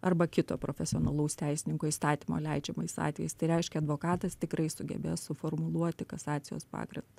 arba kito profesionalaus teisininko įstatymo leidžiamais atvejais tai reiškia advokatas tikrai sugebės suformuluoti kasacijos pagrindu